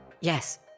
Yes